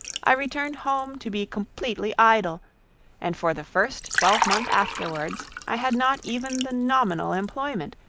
i returned home to be completely idle and for the first twelvemonth afterwards i had not even the nominal employment,